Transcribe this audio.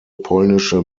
polnische